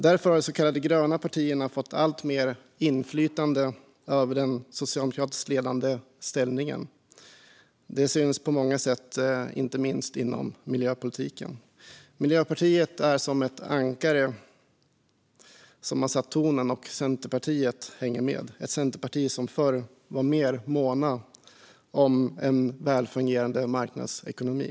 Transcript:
Därför har de så kallade gröna partierna fått alltmer inflytande över den socialdemokratiskt ledande ställningen. Det syns på många sätt, inte minst inom miljöpolitiken. Miljöpartiet är som ett ankare. Man har satt tonen, och Centerpartiet hänger med - ett centerparti som förr var mer månt om en väl fungerande marknadsekonomi.